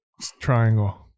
Triangle